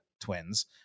twins